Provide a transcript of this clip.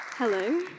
Hello